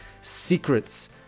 secrets